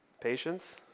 Patience